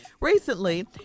Recently